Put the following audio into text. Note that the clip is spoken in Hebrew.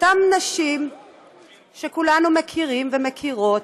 אותן נשים שכולנו מכירים ומכירות,